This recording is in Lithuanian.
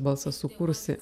balsą sukūrusi